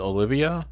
Olivia